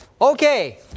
Okay